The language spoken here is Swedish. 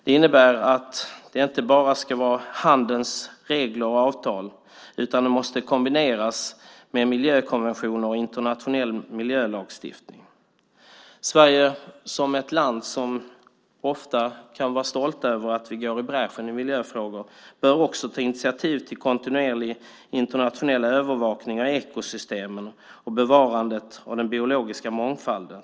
Det innebär att det inte bara ska vara handelns regler och avtal som ska gälla, utan de måste kombineras med miljökonventioner och internationell miljölagstiftning. Sverige, som är ett land som ofta kan vara stolt över att gå i bräschen i miljöfrågor, bör också ta initiativ till kontinuerlig internationell övervakning av ekosystemen och bevarandet av den biologiska mångfalden.